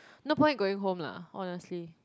no point going home lah honestly